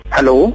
Hello